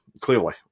clearly